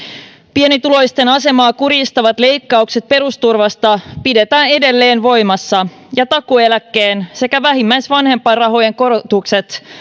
pienituloisten asemaa kurjistavat leikkaukset perusturvasta pidetään edelleen voimassa ja takuueläkkeen sekä vähimmäisvanhempainrahojen korotukset